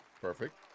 Perfect